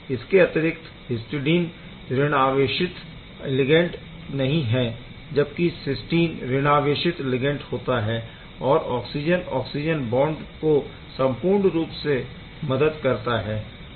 इसके अतिरिक्त हिस्टडीन ऋणआवेशित लिगैण्ड नहीं है जबकि सिस्टीन ऋणआवेशित लिगैण्ड होता है और ऑक्सिजन ऑक्सिजन बॉन्ड को संपूर्ण रूप से मदद करता है